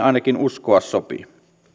ainakin uskoa sopii